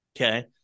Okay